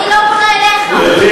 אני לא פונה אליך.